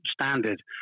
standard